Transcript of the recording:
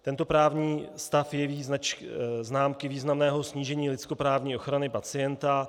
Tento právní stav jeví známky významného snížení lidskoprávní ochrany pacienta.